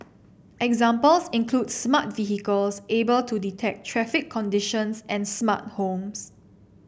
examples include smart vehicles able to detect traffic conditions and smart homes